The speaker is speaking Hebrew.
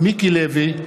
מיקי לוי,